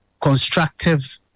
constructive